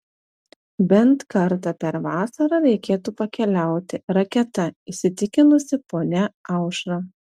bent kartą per vasarą reikėtų pakeliauti raketa įsitikinusi ponia aušra